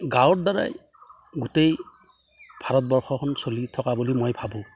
গাঁৱৰ দ্বাৰাই গোটেই ভাৰতবৰ্ষখন চলি থকা বুলি মই ভাবোঁ